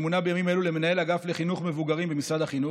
שמונה בימים אלו למנהל אגף לחינוך מבוגרים במשרד החינוך.